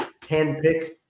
handpick